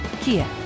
Kia